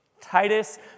Titus